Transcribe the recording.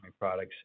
products